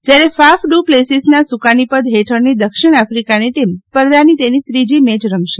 જ્યારે ડુ પ્લેસીસના સુકાનીપદ હેઠળની દક્ષિણ આફ્રિકાની ટીમ સ્પર્ધાની તેની ત્રીજી મેચ રમશે